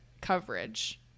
coverage